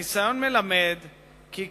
הניסיון מלמד כי,